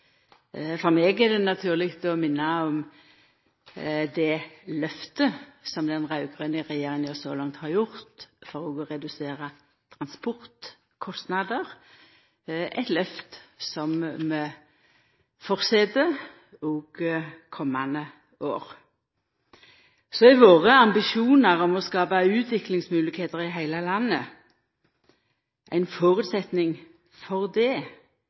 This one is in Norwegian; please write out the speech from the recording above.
For meg er det naturleg å minna om det lyftet som den raud-grøne regjeringa så langt har gjort for å redusera transportkostnader, eit lyft som vi fortset òg komande år. Våre ambisjonar er å skapa utviklingsmoglegheiter i heile landet, og ein føresetnad for det